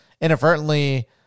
inadvertently